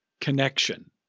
connection